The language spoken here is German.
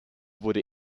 wurde